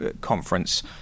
conference